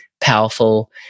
powerful